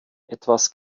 etwas